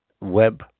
web